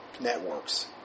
networks